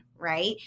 Right